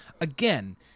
again